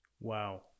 Wow